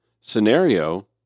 scenario